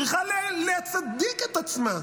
צריכה להצדיק את עצמה,